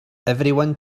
everyone